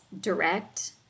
direct